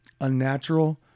unnatural